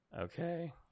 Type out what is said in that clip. Okay